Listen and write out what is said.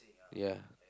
ya